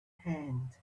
hand